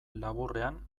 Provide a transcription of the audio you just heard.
laburrean